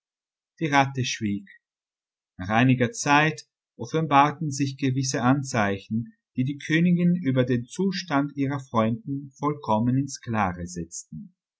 die ratte schwieg nach einiger zeit offenbarten sich gewisse anzeichen die die königin über den zustand ihrer freundin vollkommen ins klare setzten